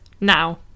Now